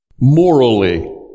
Morally